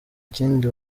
ikindi